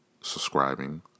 subscribing